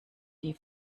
die